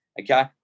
okay